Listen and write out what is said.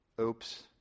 oops